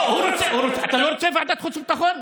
לא, הוא רוצה, אתה לא רוצה ועדת חוץ וביטחון?